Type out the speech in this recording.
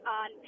on